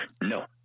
No